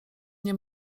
nie